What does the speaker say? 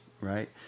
right